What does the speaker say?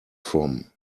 from